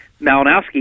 Malinowski